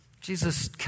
Jesus